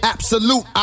Absolute